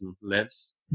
lives